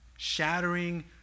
shattering